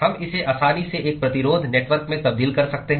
हम इसे आसानी से एक प्रतिरोध नेटवर्क में तब्दील कर सकते हैं